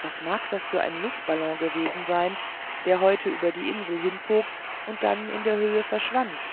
was mag das für ein luftballon gewesen sein der heute über die insel hinzog und dann in der höhe verschwand